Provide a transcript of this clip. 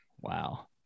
Wow